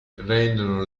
rendono